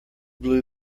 blue